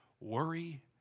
worry